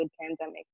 pandemic